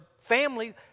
family